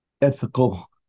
ethical